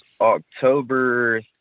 October